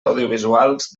audiovisuals